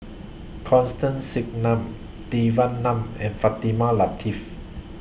Constance Singam Devan Nair and Fatimah Lateef